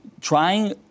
trying